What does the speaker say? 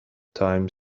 time